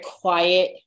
quiet